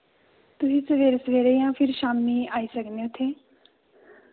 तुसी सवेरे सवेरे यां फिर शाम्मी आई सकने उत्थे